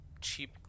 Cheap